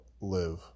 live